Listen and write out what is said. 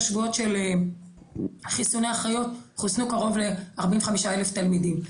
שבועות של חיסוני אחיות חוסנו קרוב ל-45 אלף תלמידים.